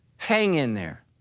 hang in there.